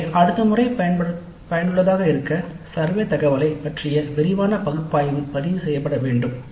எனவே அடுத்த முறை பயனுள்ளதாக இருக்க சர்வே தகவலைப் பற்றிய விரிவான பகுப்பாய்வு பதிவு செய்யப்பட வேண்டும்